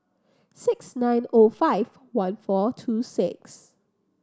six nine O five one four two six